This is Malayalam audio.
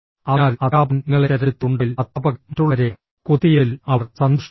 അതിനാൽ അദ്ധ്യാപകൻ നിങ്ങളെ തിരഞ്ഞെടുത്തിട്ടുണ്ടെങ്കിൽ അദ്ധ്യാപകൻ മറ്റുള്ളവരെ കുത്തിയതിൽ അവർ സന്തുഷ്ടരാണ്